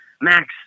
Max